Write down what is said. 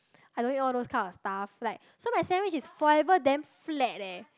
I don't eat all those kinda stuff like so my sandwich is forever damn flat eh